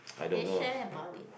can you share about it